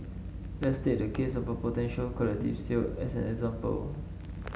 let's take the case of potential collective sale as an example